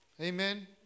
Amen